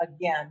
again